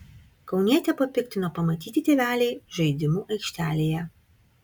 kaunietę papiktino pamatyti tėveliai žaidimų aikštelėje